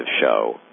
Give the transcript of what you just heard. show